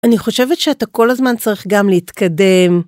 אני חושבת שאתה כל הזמן צריך גם להתקדם,